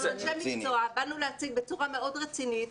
אנחנו אנשי מקצוע ובאנו להציג בצורה מאוד רצינית.